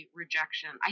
rejection